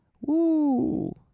Woo